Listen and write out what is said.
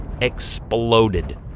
exploded